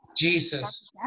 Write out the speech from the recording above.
Jesus